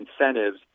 incentives